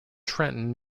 trenton